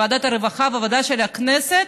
הרווחה והבריאות של הכנסת,